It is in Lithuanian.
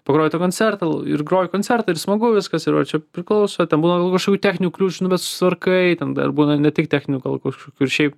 pagrojai tą koncertą ir grojai koncerte ir smagu viskas ir va čia priklauso ten būna gal kažkokių techninių kliūčių nu bet susitvarkai ten dar būna ne tik techninių gal kažkokių ir šiaip